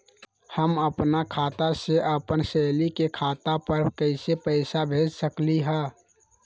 हम अपना खाता से अपन सहेली के खाता पर कइसे पैसा भेज सकली ह?